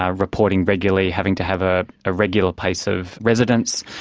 ah reporting regularly, having to have a ah regular place of residence.